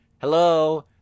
Hello